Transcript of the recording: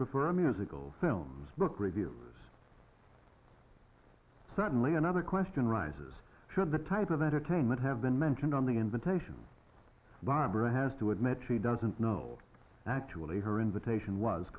prefer musical films book review is certainly another question arises should the type of entertainment have been mentioned on the invitation barbara has to admit she doesn't know actually her invitation was